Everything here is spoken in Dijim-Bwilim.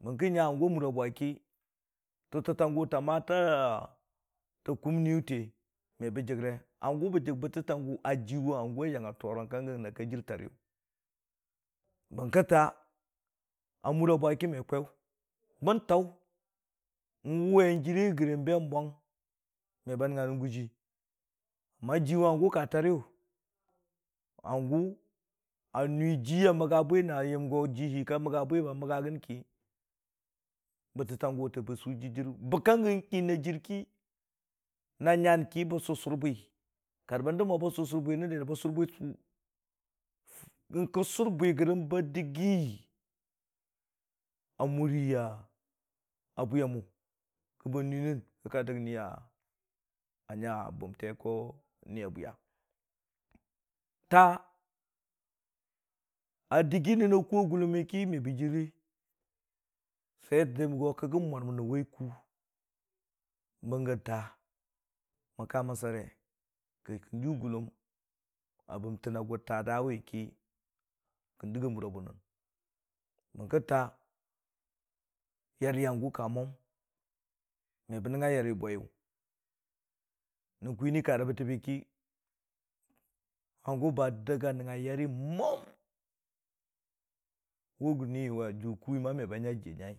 Bəng kə nya hangʊ a mura bwa ki, tʊtətang gʊ ta ma ta, ta kumniyʊ te, me bə jəgrə hangʊ bə dəg bɨttɨtang gʊ a jiwe hangʊ a diya tʊrang ka gʊ wʊn na k ajir tare, bənkə taa a mura bwa ki me kwaiyʊ bən taʊ niwʊwe n'jire gəre n'bʊwang me ba nəngnga nən gʊji, Liwe hangʊ ka tare yʊ, hangʊ a nʊi ji a magga bwi na yəm ji hi ka məgga na ba maggagən ki, bɨttɨtang gʊ bə sʊ jir- jir bɨkkangəng kin na jir ki, na nyang ki bə sʊrsʊr bwi kar bə dəb mo bə sʊrsʊr bwi nən den, n'kə sʊrbwi gərəng ba dəggi a bwiya mo kə ba nʊi nən kə ka dəg ni a nya bʊmte ko ni ya bwiya Taa a dəggi nən na kʊr a gʊllomi ki me bə jire yəm go kə gə mwar mən nɨn wai kuu. Bə ng gə taa mən ka mən sare, kə kən jʊʊ gʊlləm a bəmtang a gʊ taa daawi ki kən dəggi a mura bʊnnən, bəng kə taa yari a gʊ ka mwam, me bə nəngnga yari bwaiyʊ, nən kwini ka rə bətəbi ki, hangʊ ba dəg ga a nəngnga yari mwam wʊ ni a jʊʊ kʊʊwi me ba nya jiya nyai.